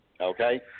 Okay